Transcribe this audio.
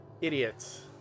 idiots